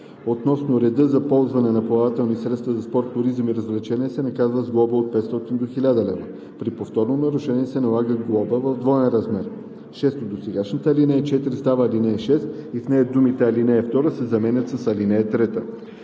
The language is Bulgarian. относно реда за ползване на плавателни средства за спорт, туризъм и развлечение, се наказва с глоба от 500 до 1000 лв. При повторно нарушение се налага глоба в двоен размер.“ 6. Досегашната ал. 4 става ал. 6 и в нея думите „ал. 2“ се заменят с „ал.